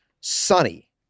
sunny